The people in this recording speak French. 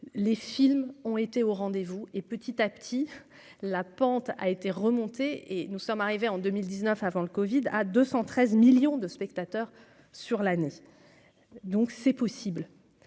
les films ont été au rendez-vous et, petit à petit la pente a été remonté et nous sommes arrivés en 2019 avant le Covid à 213 millions de spectateurs sur l'année, donc c'est possible,